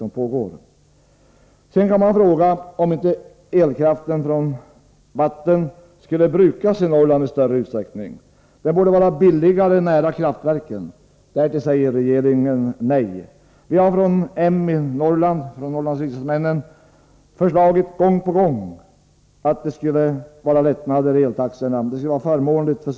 Sedan kan man fråga sig om inte elkraften från vatten borde brukas i större utsträckning i Norrland. Den borde vara billigare nära kraftverken. Därtill säger regeringen nej. De moderata riksdagsmännen från Norrland har gång på gång föreslagit att det borde bli lättnader när det gäller eltaxorna.